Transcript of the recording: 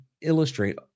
illustrate